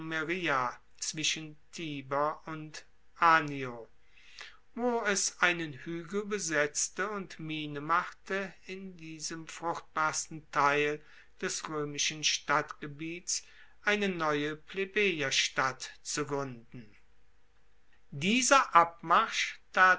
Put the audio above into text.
zwischen tiber und anio wo es einen huegel besetzte und miene machte in diesem fruchtbarsten teil des roemischen stadtgebiets eine neue plebejerstadt zu gruenden dieser abmarsch